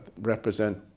represent